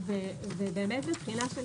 בבחינה של